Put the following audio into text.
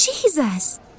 Jesus